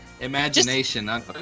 imagination